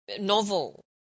novel